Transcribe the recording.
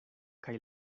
kaj